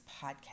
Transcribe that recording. podcast